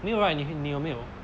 没有 right 你你有没有